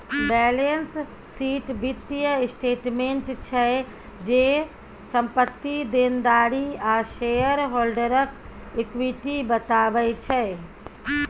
balance sheet बित्तीय statement छै जे, संपत्ति, देनदारी आ शेयर हॉल्डरक इक्विटी बताबै छै